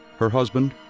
her husband,